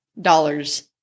Dollars